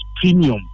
Premium